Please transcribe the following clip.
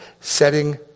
setting